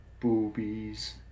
Boobies